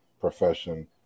profession